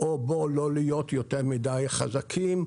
או בואו לא נהיה יותר מדי חזקים,